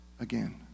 again